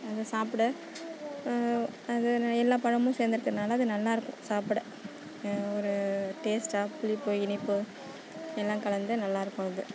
அங்கே சாப்பிட அது எல்லாம் பழமும் சேர்ந்து இருக்கிறதுனால அது நல்லாயிருக்கும் சாப்பிட ஒரு டேஸ்ட்டாக புளிப்பு இனிப்பு எல்லாம் கலந்து நல்லாயிருக்கும் அது